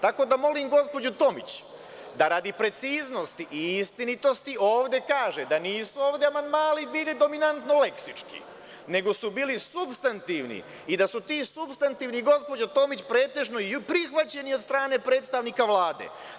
Tako da molim gospođu Tomić, da radi preciznosti i istinitosti ovde kaže da nisu ovde amandmani bili dominantno leksički, nego su bili supstantivni i da su ti supstantivni, gospođo Tomić, pretežno i prihvaćeni od strane predstavnika Vlade.